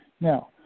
Now